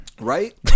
right